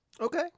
Okay